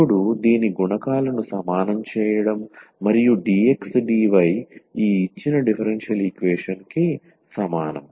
ఇప్పుడు దీని గుణకాలను సమానం చేయడం మరియు dx dy ఈ ఇచ్చిన డిఫరెన్షియల్ ఈక్వేషన్ కి సమానం